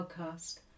podcast